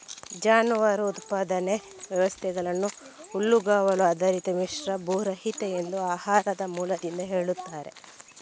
ಜಾನುವಾರು ಉತ್ಪಾದನಾ ವ್ಯವಸ್ಥೆಗಳನ್ನ ಹುಲ್ಲುಗಾವಲು ಆಧಾರಿತ, ಮಿಶ್ರ, ಭೂರಹಿತ ಎಂದು ಆಹಾರದ ಮೂಲದಿಂದ ಹೇಳ್ತಾರೆ